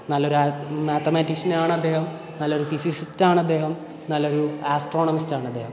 നല്ലൊരു മാത്തമാറ്റീഷ്യനാണ് അദ്ദേഹം നല്ലൊരു ഫിസിസ്റ്റണാദ്ദേഹം നല്ലൊരു ആസ്ട്രോണമിസ്റ്റാണ് അദ്ദേഹം